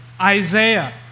Isaiah